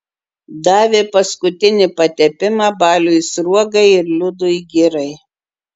davė paskutinį patepimą baliui sruogai ir liudui girai